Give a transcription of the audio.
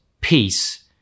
peace